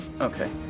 Okay